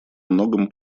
многом